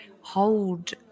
hold